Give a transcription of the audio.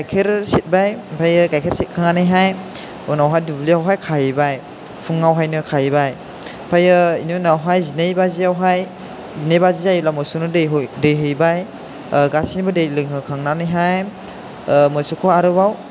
गाइखेर सेरबाय ओमफ्राय गाइखेर सेरखांनानैहाय उनावहाय दुब्लियावहाय खाहैबाय फुङावहायनो खाहैबाय ओमफ्रायो बिनि उनावहाय जिनै बाजियावहाय जिनै बाजि जायोब्ला मोसौनो दै है दै हैबाय गासैबो दै लोंहोखांनानैहाय मोसौखौ आरोबाव